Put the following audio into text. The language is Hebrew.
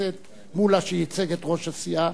הכנסת מולה שייצג את ראש הסיעה,